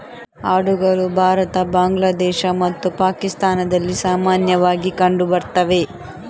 ಆಡುಗಳು ಭಾರತ, ಬಾಂಗ್ಲಾದೇಶ ಮತ್ತು ಪಾಕಿಸ್ತಾನದಲ್ಲಿ ಸಾಮಾನ್ಯವಾಗಿ ಕಂಡು ಬರ್ತವೆ